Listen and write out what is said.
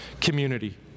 community